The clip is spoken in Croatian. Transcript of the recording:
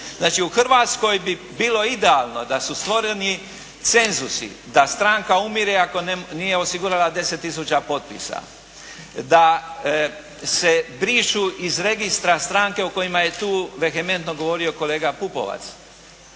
Znači, u Hrvatskoj bi bilo idealno da su stvoreni cenzusi, da stranka umire ako nije osigurala deset tisuća potpisa, da se brišu iz registra stranke o kojima je tu vehementno govorio kolega Pupovac.